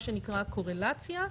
מה שנקרא קורלציה,